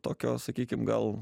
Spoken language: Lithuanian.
tokio sakykim gal